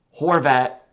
Horvat